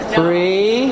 Three